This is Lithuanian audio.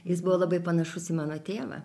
jis buvo labai panašus į mano tėvą